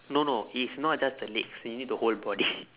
no no it's not just the legs you need the whole body